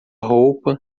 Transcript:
roupa